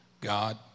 God